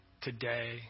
today